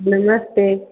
नमस्ते